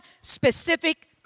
specific